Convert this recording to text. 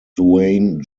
duane